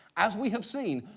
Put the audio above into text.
as we have seen,